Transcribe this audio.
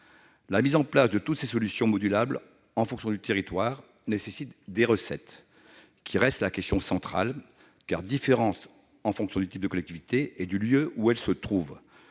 La mise en place de toutes ces solutions modulables en fonction du territoire nécessite des recettes : il s'agit de la question centrale, car celles-ci diffèrent en fonction du type de collectivité et de la localisation.